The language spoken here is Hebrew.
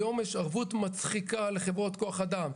היום יש ערבות מצחיקה לחברות כוח אדם.